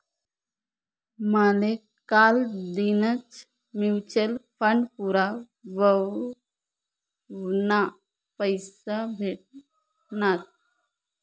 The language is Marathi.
माले कालदीनच म्यूचल फंड पूरा व्हवाना पैसा भेटनात